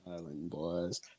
boys